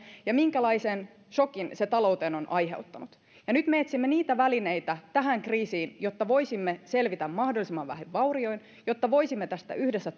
ja minkälaisen sokin se talouteen on aiheuttanut nyt me etsimme välineitä tähän kriisiin jotta voisimme selvitä mahdollisimman vähin vaurioin jotta voisimme tästä yhdessä